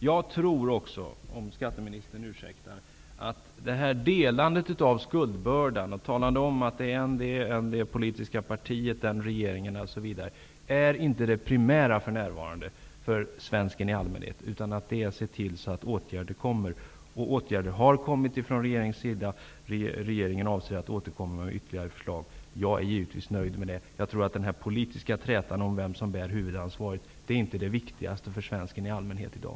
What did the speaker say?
Jag tror också -- om skatteministern ursäktar -- att skuldbördan, att man talar om att det är ett visst politiskt parti och vissa regeringar som bär ansvaret, inte är det primära för närvarande för svensken i allmänhet. Det primära är att se till att åtgärder kommer till stånd. Åtgärder har kommit från regeringens sida. Regeringen avser att komma med ytterligare förslag. Jag är givetvis nöjd med det. Jag tror att den politiska trätan om vem som bär huvudansvaret inte är det viktigaste för svensken i allmänhet i dag.